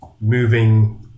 moving